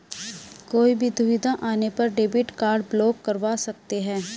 कोई भी दुविधा आने पर डेबिट कार्ड ब्लॉक करवा सकते है